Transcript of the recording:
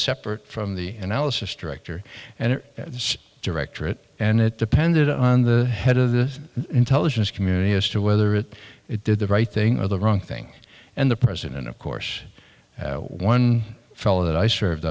separate from the analysis director and directorate and it depended on the head of the intelligence community as to whether it did the right thing or the wrong thing and the president of course one fellow that i served